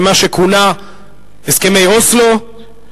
במה שכונה "הסכמי אוסלו",